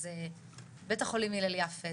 אז בית החולים הלל יפה,